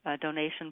donation